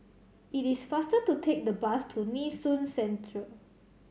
it is faster to take the bus to Nee Soon Central